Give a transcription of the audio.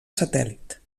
satèl·lit